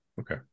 okay